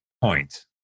point